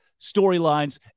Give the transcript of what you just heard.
storylines